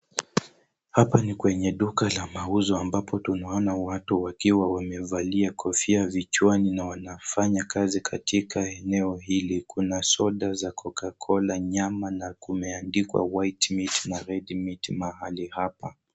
Hapa ni kwenye duka la mauzo ambapo tunaona watu wakiwa wamevalia kofia vichwani na wanafanya kazi katika eneo hili, kuna soda za Coca Cola, nyama na kumeandikwa white meat na red meat mahali hapa.